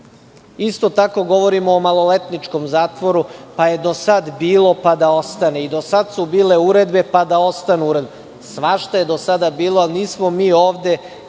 Isto tako govorimo o maloletničkom zatvoru, pa je do sad bilo, pa da ostane i do sad su bile uredbe, pa da ostanu uredbe. Svašta je do sada bilo, ali nismo mi ovde